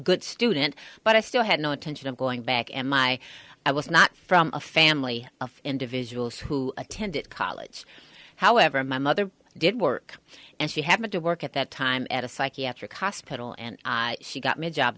good student but i still had no intention of going back and my i was not from a family of individuals who attended college however my mother did work and she had to work at that time at a psychiatric hospital and she got me a job